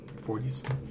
40s